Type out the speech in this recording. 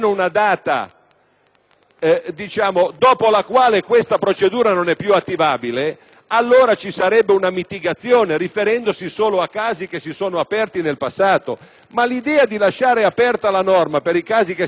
norma, riferendosi la stessa solo a casi che si sono aperti nel passato. Ma l'idea di lasciare aperta la norma per i casi che si determineranno nel futuro, signor Presidente, è veramente imbarazzante. Finisco dicendo: attenzione,